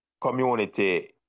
community